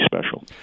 special